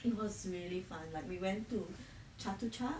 it was really fun like we went to chatuchak